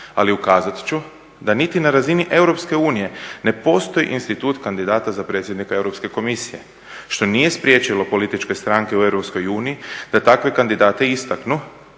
ali ukazat ću da niti na razini EU ne postoji institut kandidata za predsjednika Europske komisije, što nije spriječilo političke stranke u EU da takve kandidate istaknu,